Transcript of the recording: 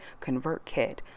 ConvertKit